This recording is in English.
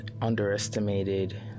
underestimated